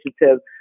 initiative